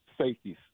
safeties